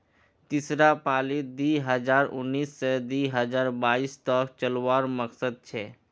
तीसरा पालीत दी हजार उन्नीस से दी हजार बाईस तक चलावार मकसद छे